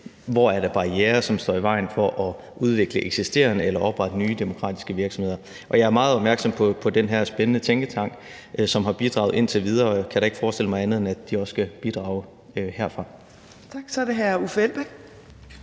hvor der er barrierer, som står i vejen for at udvikle eksisterende eller oprette nye demokratiske virksomheder. Og jeg er meget opmærksom på den her spændende tænketank, som har bidraget indtil videre, og jeg kan da ikke forestille mig andet, end at de også skal bidrage herfra. Kl. 10:07 Fjerde